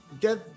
get